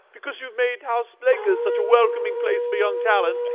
because you've made house lakers such a welcoming place for young talent?